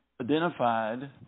identified